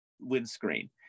windscreen